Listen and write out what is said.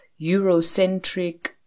Eurocentric